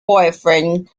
boyfriend